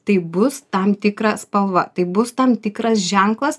tai bus tam tikra spalva tai bus tam tikras ženklas